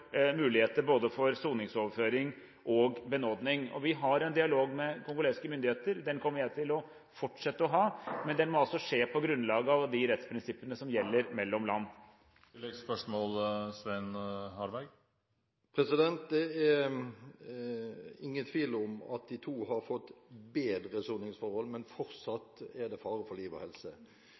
muligheter for både soningsoverføring og benådning. Vi har en dialog med kongolesiske myndigheter. Det kommer jeg fortsatt til å ha, men det må skje på grunnlag av de rettsprinsippene som gjelder mellom land. Det er ingen tvil om at de to har fått bedre soningsforhold, men fortsatt er det fare for liv og helse.